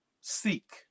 seek